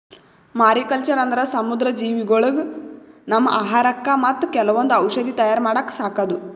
mariculture ಅಂದ್ರ ಸಮುದ್ರ ಜೀವಿಗೊಳಿಗ್ ನಮ್ಮ್ ಆಹಾರಕ್ಕಾ ಮತ್ತ್ ಕೆಲವೊಂದ್ ಔಷಧಿ ತಯಾರ್ ಮಾಡಕ್ಕ ಸಾಕದು